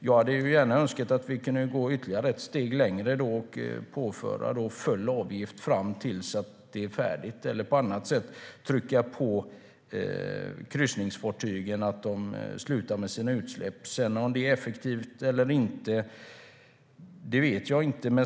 Jag hade gärna önskat att vi hade kunnat ta ytterligare ett steg och påföra full avgift fram till dess att det hela är färdigt eller på annat sätt pressa på kryssningsfartygen så att de slutar med sina utsläpp. Om det är effektivt eller inte vet jag inte.